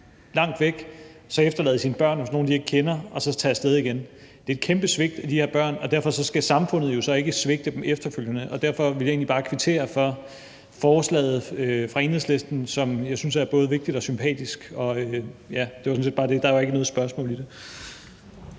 langt væk, efterlade sine børn hos nogen, de ikke kender, og så tage af sted igen. Det er et kæmpe svigt af de her børn, og derfor skal samfundet jo så ikke svigte dem efterfølgende, og derfor vil jeg egentlig bare kvittere for forslaget fra Enhedslisten, som jeg synes er både vigtigt og sympatisk. Ja, det var sådan set bare det, der var ikke noget spørgsmål i det.